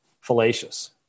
fallacious